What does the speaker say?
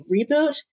reboot